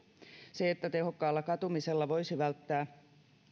se että tehokkaalla katumisella voisi välttää